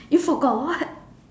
you forgot what